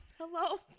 Hello